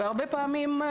והרבה פעמים,